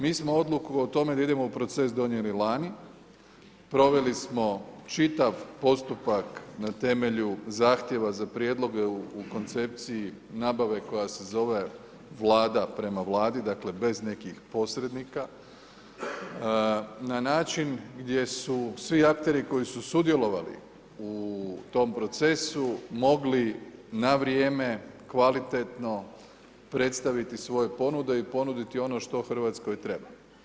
Mi smo odluku o tome da idemo u proces donijeli lani, proveli smo čitav postupak na temelju zahtjeva za prijedloge u koncepciji nabave koja se zove Vlada prema Vladi, dakle bez nekih posrednika, na način gdje su svi akteri koji su sudjelovali u tom procesu mogli na vrijeme, kvalitetno predstaviti svoje ponude i ponuditi ono što Hrvatskoj treba.